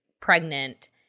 pregnant